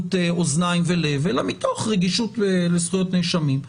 מערלות אוזניים ולב אלא מתוך רגישות לזכויות נאשמים.